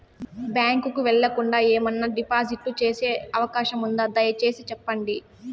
Bank కు వెళ్లకుండా, ఏమన్నా డిపాజిట్లు సేసే అవకాశం ఉందా, దయసేసి సెప్పండి?